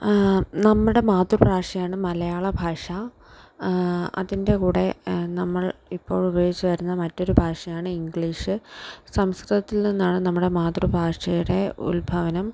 നമ്മുടെ മാതൃഭാഷയാണ് മലയാള ഭാഷ അതിൻ്റെ കൂടെ നമ്മൾ ഇപ്പോൾ ഉപയോഗിച്ചു വരുന്ന മറ്റൊരു ഭാഷയാണ് ഇംഗ്ലീഷ് സംസ്കൃതത്തിൽ നിന്നാണ് നമ്മുടെ മാതൃഭാഷയുടെ ഉത്ഭവം